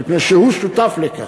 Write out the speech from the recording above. מפני שהוא שותף לכך.